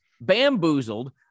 bamboozled